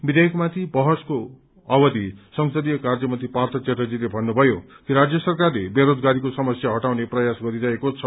विवेयकमाथि बहसको अवधि संसदीय कार्यमन्त्री पार्थ च्याटर्जीले भन्नुभयो कि राज्य सरकारले बेजरोजगारीको समस्या हटाउने प्रयास गरिरहेको छ